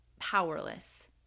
powerless